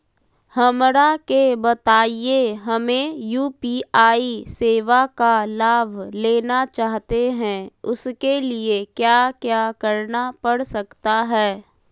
हमरा के बताइए हमें यू.पी.आई सेवा का लाभ लेना चाहते हैं उसके लिए क्या क्या करना पड़ सकता है?